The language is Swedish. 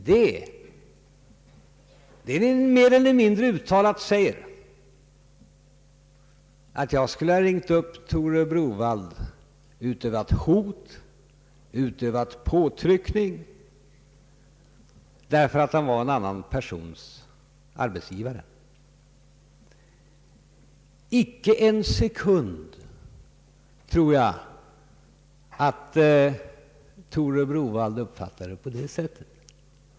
Då ni mer eller mindre påstår att jag under mitt telefonsamtal med Tore Browaldh skulle ha utövat hot och påtryckning därför att han var en annan persons arbetsgivare, vill jag säga att jag icke för en sekund tror att Tore Browaldh har uppfattat det så.